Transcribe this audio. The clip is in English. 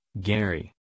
Gary